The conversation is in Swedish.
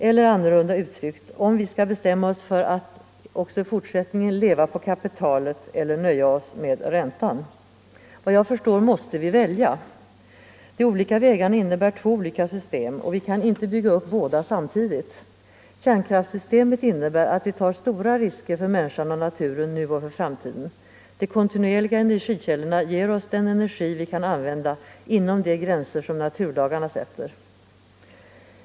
Eller annorlunda uttryckt om vi skall leva på kapitalet eller nöja oss med räntan. Vad jag förstår måste vi välja. De olika vägarna innebär två olika system, och vi kan inte bygga upp båda samtidigt. Kärnkraftssystemet innebär att vi tar stora risker för människan och naturen nu och för framtiden. De kontinuerliga energikällorna ger oss den energi vi kan använda inom de gränser som naturlagarna sätter.